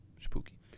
Spooky